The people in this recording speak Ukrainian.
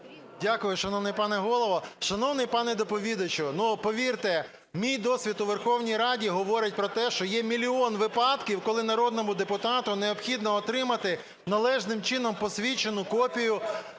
Дякую, шановний пане Голово. Шановний пане доповідачу, ну, повірте, мій досвід у Верховній Раді говорить про те, що є мільйон випадків, коли народному депутату необхідно отримати належним чином посвідчену копію